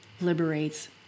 liberates